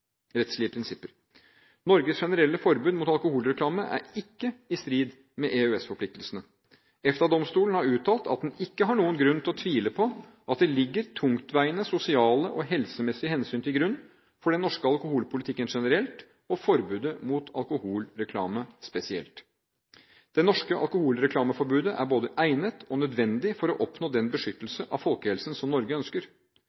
Norges generelle forbud mot alkoholreklame er ikke i strid med EØS-forpliktelsene. EFTA-domstolen har uttalt at den ikke har noen grunn til å tvile på at det ligger tungtveiende sosiale og helsemessige hensyn til grunn for den norske alkoholpolitikken generelt og forbudet mot alkoholreklame spesielt. Det norske alkoholreklameforbudet er både egnet og nødvendig for å oppnå den